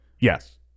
Yes